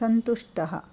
सन्तुष्टः